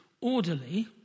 orderly